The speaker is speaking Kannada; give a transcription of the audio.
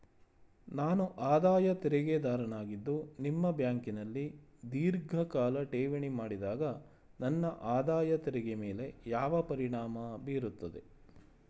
ನಾನು ಆದಾಯ ತೆರಿಗೆದಾರನಾಗಿದ್ದು ನಿಮ್ಮ ಬ್ಯಾಂಕಿನಲ್ಲಿ ಧೀರ್ಘಕಾಲ ಠೇವಣಿ ಮಾಡಿದಾಗ ನನ್ನ ಆದಾಯ ತೆರಿಗೆ ಮೇಲೆ ಯಾವ ಪರಿಣಾಮ ಬೀರುತ್ತದೆ?